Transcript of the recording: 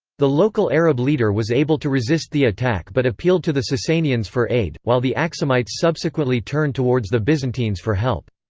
the local arab leader was able to resist the attack but appealed to the sassanians for aid, while the axumites subsequently turned towards the byzantines for help.